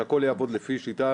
שהכול יעבוד לפי שיטה